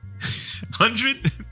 hundred